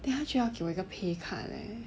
then 他就要给我一个 pay cut leh